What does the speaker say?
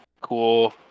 cool